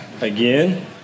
again